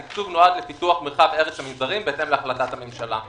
התקצוב נועד לפיתוח מרחב ארץ המנזרים בהתאם להחלטת הממשלה.